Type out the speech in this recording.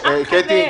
כאן הם אינם.